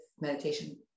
meditation